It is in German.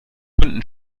sekunden